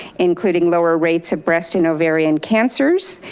including lower rates of breast and ovarian cancers,